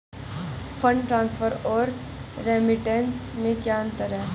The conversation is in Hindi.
फंड ट्रांसफर और रेमिटेंस में क्या अंतर है?